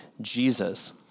Jesus